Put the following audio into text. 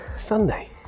Sunday